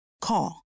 Call